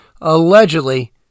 allegedly